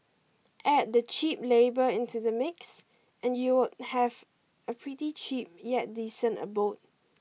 add the cheap labour into the mix and you'd have a pretty cheap yet decent abode